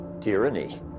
Tyranny